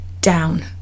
down